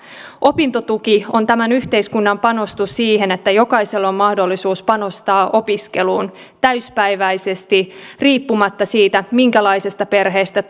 opintotuki on tämän yhteiskunnan panostus siihen että jokaisella on mahdollisuus panostaa opiskeluun täyspäiväisesti riippumatta siitä minkälaisesta perheestä